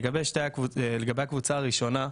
לגבי הקבוצה הראשונה,